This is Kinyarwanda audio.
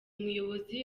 muyobozi